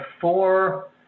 four